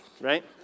right